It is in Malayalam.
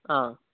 ആ